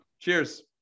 Cheers